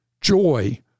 joy